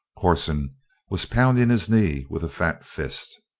corson was pounding his knee with a fat fist.